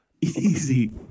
easy